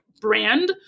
brand